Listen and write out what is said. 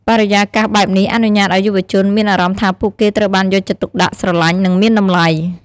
បរិយាកាសបែបនេះអនុញ្ញាតឱ្យយុវជនមានអារម្មណ៍ថាពួកគេត្រូវបានយកចិត្តទុកដាក់ ស្រឡាញ់ និងមានតម្លៃ។